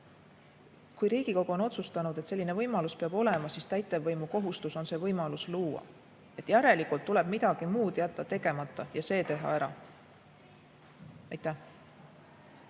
Riigikogu on otsustanud, et selline võimalus peab olema, siis täitevvõimu kohustus on see võimalus luua. Järelikult tuleb midagi muud jätta tegemata ja see teha ära. Heiki